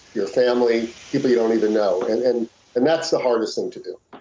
your family, people you don't even know, and and and that's the hardest thing to do.